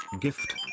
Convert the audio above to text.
gift